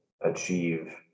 achieve